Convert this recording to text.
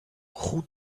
who